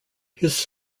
his